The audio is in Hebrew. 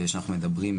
שאנחנו מדברים,